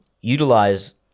utilize